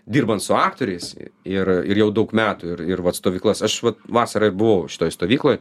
dirbant su aktoriais ir ir jau daug metų ir ir vat stovyklas aš vat vasarą ir buvau šitoj stovykloj